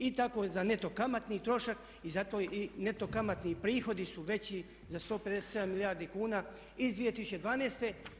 I tako za neto kamatni trošak i zato neto kamatni prihodi su veći za 157 milijardi kuna iz 2012.